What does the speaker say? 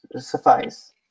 suffice